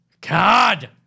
God